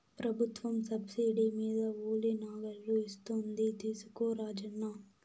ప్రభుత్వం సబ్సిడీ మీద ఉలి నాగళ్ళు ఇస్తోంది తీసుకో రాజన్న